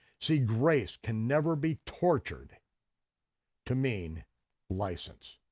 see, grace can never be tortured to mean license,